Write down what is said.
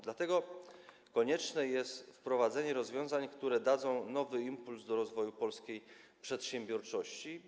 Dlatego konieczne jest wprowadzenie rozwiązań, które dadzą nowy impuls do rozwoju polskiej przedsiębiorczości.